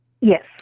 Yes